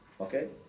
Okay